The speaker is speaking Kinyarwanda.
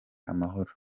amahoro